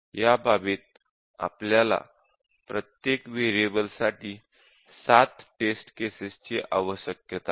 या बाबीत आपल्याला प्रत्येक व्हेरिएबलसाठी सात टेस्ट केसेस ची आवश्यकता आहे